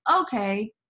okay